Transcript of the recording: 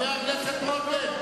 חבר הכנסת רותם.